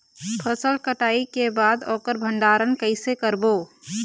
फसल कटाई के बाद ओकर भंडारण कइसे करबो?